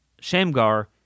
Shamgar